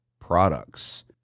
products